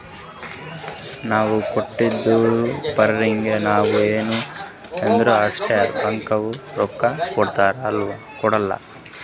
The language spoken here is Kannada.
ನಾವ್ ಕೊಟ್ಟಿದ್ದ್ ಚೆಕ್ಕ್ದಾಗ್ ನಮ್ ಸೈನ್ ಇದ್ರ್ ಅಷ್ಟೇ ಬ್ಯಾಂಕ್ದವ್ರು ರೊಕ್ಕಾ ಕೊಡ್ತಾರ ಇಲ್ಲಂದ್ರ ಕೊಡಲ್ಲ